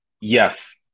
Yes